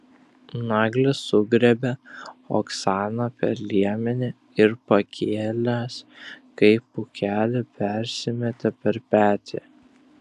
naglis sugriebė oksaną per liemenį ir pakėlęs kaip pūkelį persimetė per petį